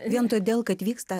vien todėl kad vyksta